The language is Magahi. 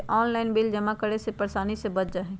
ऑनलाइन बिल जमा करे से परेशानी से बच जाहई?